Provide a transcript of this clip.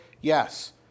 Yes